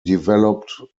developed